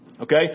Okay